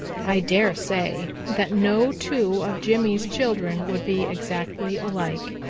i dare say that no two of jimmy's children would be exactly alike.